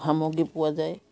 সামগ্ৰী পোৱা যায়